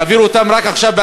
יעבירו אותם רק עכשיו,